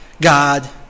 God